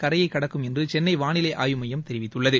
கரையை கடக்கும் என்று சென்னை வாளிலை ஆய்வு மையம் தெரிவித்துள்ளது